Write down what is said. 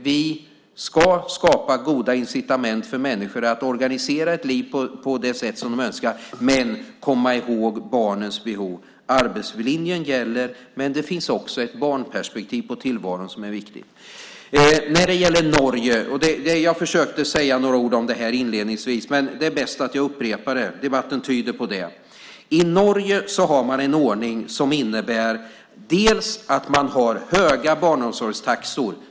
Vi ska skapa goda incitament för människor att organisera livet på det sätt som de önskar men komma ihåg barnens behov. Arbetslinjen gäller, men det finns också ett barnperspektiv på tillvaron som är viktigt. När det gäller Norge försökte jag inledningsvis säga några ord om det, men debatten tyder på att det är bäst att jag upprepar det. I Norge har man en ordning som innebär höga barnomsorgstaxor.